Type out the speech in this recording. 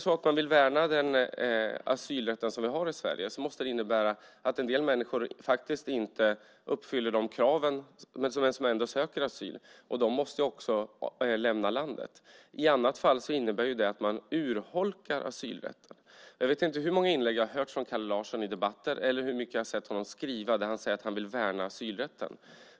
Vill man värna den asylrätt som vi har i Sverige måste det innebära att en del människor faktiskt inte uppfyller de kraven men ändå söker asyl. De måste också lämna landet. I annat fall innebär det att man urholkar asylrätten. Jag vet inte hur många inlägg jag har hört från Kalle Larsson i debatter eller hur mycket jag har sett honom skriva där han säger att han vill värna asylrätten.